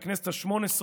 את הכנסת השמונה-עשרה,